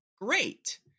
great